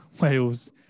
Wales